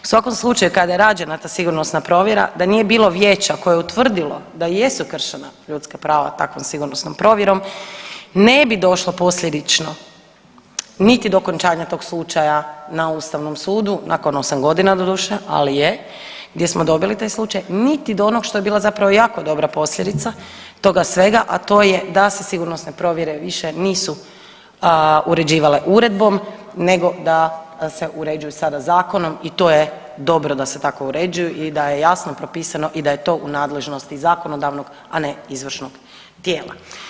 U svakom slučaju kada je rađena ta sigurnosna provjera da nije bilo vijeća koje je utvrdilo da jesu kršena ljudska prava takvom sigurnosnom provjerom ne bi došlo posljedično niti do okončanja tog slučaja na ustavnom sudu nakon 8.g. doduše, ali je, gdje smo dobili taj slučaj, niti do onog što je bila zapravo jako dobra posljedica toga svega, a to je da se sigurnosne provjere više nisu uređivale uredbom nego da se uređuju sada zakonom i to je dobro da se tako uređuju i da je jasno propisano i da je to u nadležnosti zakonodavnog, a ne izvršnog tijela.